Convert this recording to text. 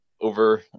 over